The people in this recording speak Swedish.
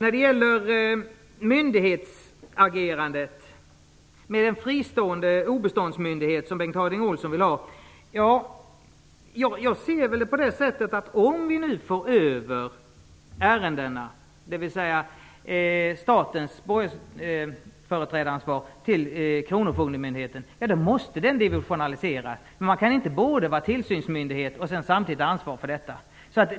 I frågan om en fristående obeståndsmyndighet, som Bengt Harding Olson vill ha, menar jag att om vi för över statens borgensföreträdaransvar till kronofogdemyndigheten, måste denna divisionaliseras. En myndighet kan inte både vara tillsynsmyndighet och samtidigt ha ansvar för verksamheten.